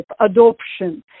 adoption